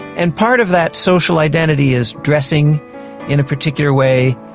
and part of that social identity is dressing in a particular way,